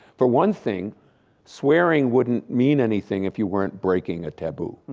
for one thing swearing wouldn't mean anything if you weren't breaking a taboo.